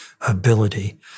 ability